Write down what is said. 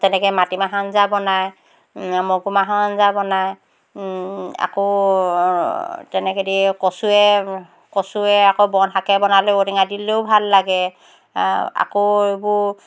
তেনেকৈ মাটিমাহৰ আঞ্জা বনায় মগুমাহৰ আঞ্জা বনায় আকৌ তেনেকেদি কচুৱে কচুৱে আকৌ বনশাকে বনালেও ঔটেঙা দিলেও ভাল লাগে আকৌ এইবোৰ